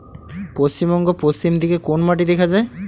পশ্চিমবঙ্গ পশ্চিম দিকে কোন মাটি দেখা যায়?